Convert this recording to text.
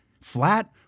flat